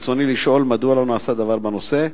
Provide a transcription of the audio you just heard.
רצוני לשאול: 1. מדוע לא נעשה דבר בנושא?